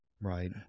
Right